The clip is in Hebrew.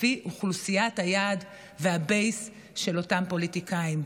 לפי אוכלוסיית היעד והבייס של אותם פוליטיקאים.